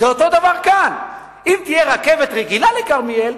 אותו הדבר כאן: אם תהיה רכבת רגילה לכרמיאל,